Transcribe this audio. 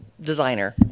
designer